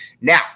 Now